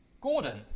Gordon